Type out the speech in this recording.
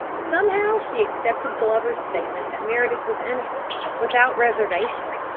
somehow she accepted glover's statement that meredith was innocent, without reservation.